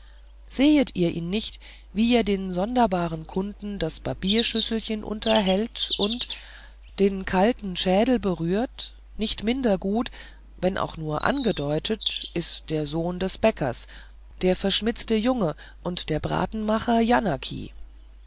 sehet ihr ihn nicht wie er dem sonderbaren kunden das barbierschüsselchen unterhält und den kalten schädel berührt nicht minder gut wenn auch nur angedeutet ist der sohn des bäckers der verschmitzte junge und der bratenmacher